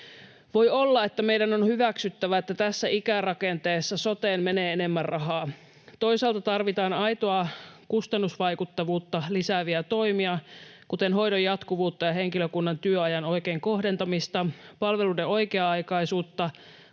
Voi olla, että meidän on hyväksyttävä, että tässä ikärakenteessa soteen menee enemmän rahaa. Toisaalta tarvitaan aitoa kustannusvaikuttavuutta lisääviä toimia, kuten hoidon jatkuvuutta ja henkilökunnan työajan kohdentamista oikein, palveluiden oikea-aikaisuutta,